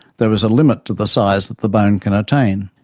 there is a limit to the size that the bone can attain.